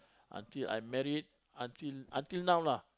until I married until until now lah